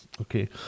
okay